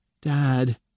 Dad